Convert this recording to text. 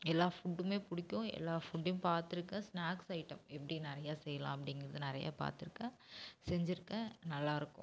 எல்லாம் ஃபுட்டும் பிடிக்கும் எல்லாம் ஃபுட்டையும் பார்த்துருக்கேன் ஸ்நேக்ஸ் ஐட்டம் எப்படி நிறையா செய்யலாம் அப்படிங்கறது நிறையா பார்த்துருக்கேன் செஞ்சுருக்கேன் நல்லா இருக்கும்